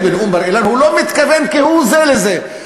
בנאום בר-אילן הוא לא מתכוון כהוא-זה לזה.